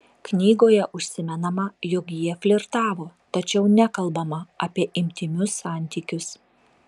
knygoje užsimenama jog jie flirtavo tačiau nekalbama apie intymius santykius